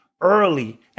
early